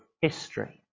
history